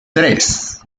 tres